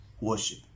worship